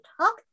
talk